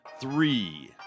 three